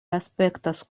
aspektas